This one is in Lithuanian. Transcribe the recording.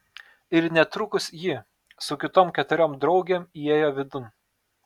ir netrukus ji su kitom keturiom draugėm įėjo vidun